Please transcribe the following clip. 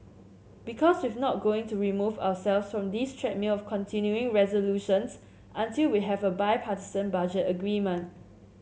because we've not going to remove ourselves from this treadmill of continuing resolutions until we have a bipartisan budget agreement